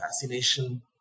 fascination